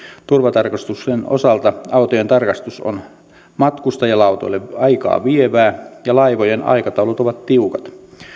turvatarkastusten osalta autojen tarkastus on matkustajalautoille aikaa vievää ja laivojen aikataulut ovat tiukat